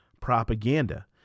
propaganda